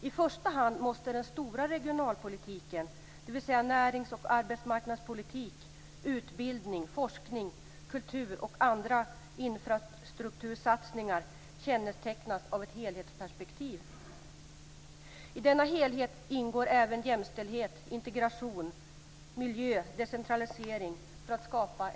I första hand måste den stora regionalpolitiken, dvs. närings och arbetsmarknadspolitik, utbildning, forskning, kultur och andra infrastruktursatsningar kännetecknas av ett helhetsperspektiv. I denna helhet för att skapa en regional balans ingår även jämställdhet, integration, miljö och decentralisering.